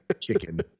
Chicken